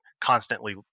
constantly